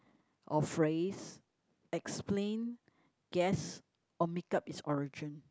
or phrase explain guess or make-up its origin